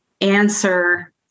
answer